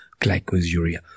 glycosuria